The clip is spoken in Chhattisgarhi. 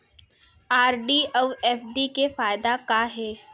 आर.डी अऊ एफ.डी के फायेदा का हे?